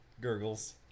gurgles